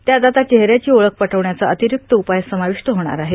त्यात आता चेहऱ्याची ओळख पटवण्याचा अतिरिक्त उपाय समाविष्ट होणार आहे